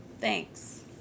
Thanks